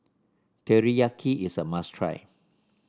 teriyaki is a must try